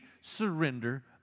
surrender